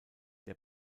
der